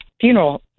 funeral